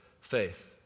faith